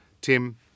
Tim